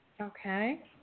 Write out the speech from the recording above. Okay